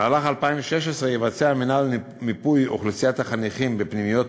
במהלך 2016 יבצע המינהל מיפוי של אוכלוסיית החניכים בפנימיות